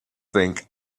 think